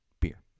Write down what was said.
beer